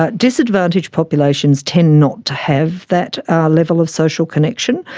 but disadvantaged populations tend not to have that level of social connection.